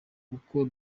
uko